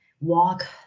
walk